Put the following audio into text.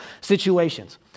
situations